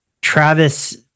Travis